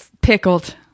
Pickled